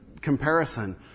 comparison